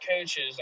coaches